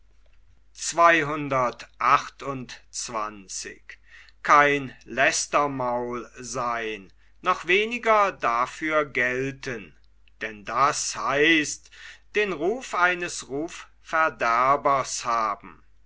noch weniger dafür gelten denn das heißt den ruf eines rufverderbers haben